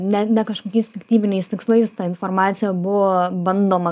ne ne kažkokiais piktybiniais tikslais ta informacija buvo bandoma